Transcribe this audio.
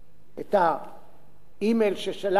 האימייל ששלחתי לה בעקבות דיון שהיה בינינו,